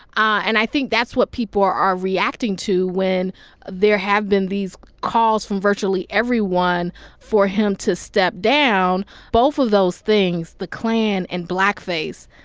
and i think that's what people are are reacting to when there have been these calls from virtually everyone for him to step down. both of those things, the klan and blackface,